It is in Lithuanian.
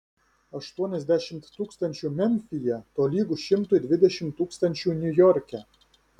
aštuoniasdešimt tūkstančių memfyje tolygu šimtui dvidešimt tūkstančių niujorke